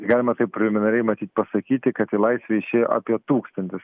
galima taip preliminariai matyt pasakyti kad į laisvę išėjo apie tūkstantis